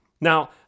Now